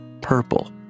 purple